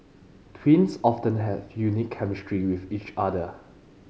twins often have unique chemistry with each other